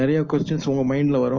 நிறைய கொஸ்ட்டின்ஸ் உங்க மைன்ட்ல வரும்